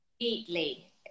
Completely